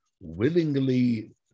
willingly